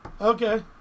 Okay